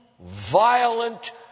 violent